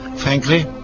frankly,